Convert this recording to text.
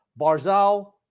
Barzal